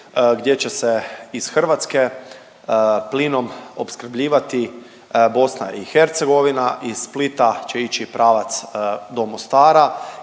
gdje će se iz Hrvatske plinom opskrbljivati BIH. Iz Splita će ići pravac do Mostara